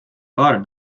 paar